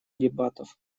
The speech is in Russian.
дебатов